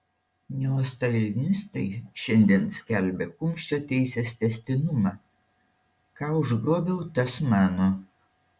neostalinistai šiandien skelbia kumščio teisės tęstinumą ką užgrobiau tas mano